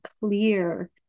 clear